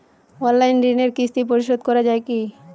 Online ঋণের কিস্তি পরিশোধ করা যায় কি?